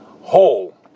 whole